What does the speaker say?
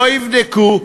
לא יבדקו,